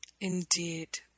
Indeed